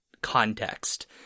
context